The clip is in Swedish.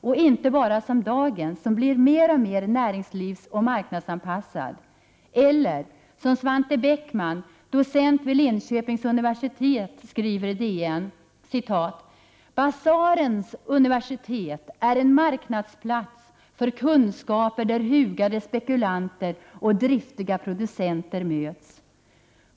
Dagens högskola blir mer och mer näringslivsoch marknadsanpassad, eller som Svante Beckman, docent vid Linköpings universitet, skriver i Dagens Nyheter: ”Basarens universitet är en marknadsplats för kunskaper där hugade spekulanter och driftiga producenter möts.